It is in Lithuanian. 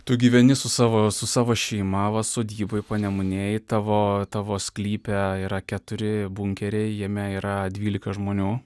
tu gyveni su savo su savo šeima va sodyboj panemunėj tavo tavo sklype yra keturi bunkeriai jame yra dvylika žmonių